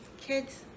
Kids